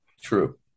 True